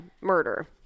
murder